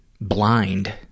blind